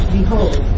Behold